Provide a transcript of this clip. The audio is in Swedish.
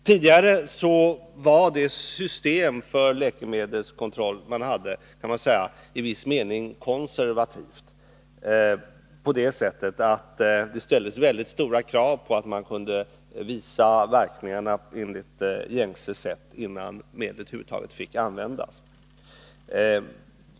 Tidigare var det system man hade för läkemedelskontroll i viss mening konservativt på det sättet att det ställdes långtgående krav på att man på gängse sätt skulle kunna visa verkningarna av ett preparat, innan det över huvud taget fick användas.